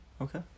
Okay